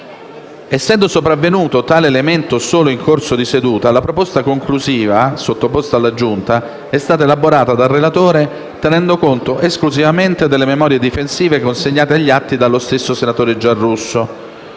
Essendo sopravvenuto tale elemento solo in corso di seduta, la proposta conclusiva sottoposta alla Giunta è stata elaborata dal relatore tenendo conto esclusivamente delle memorie difensive consegnate agli atti dallo stesso senatore Giarrusso,